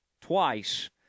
twice